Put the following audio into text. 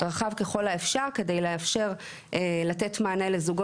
הנושא שהוזכר כאן, של ערבות